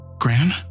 Gran